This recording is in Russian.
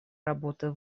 работы